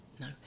no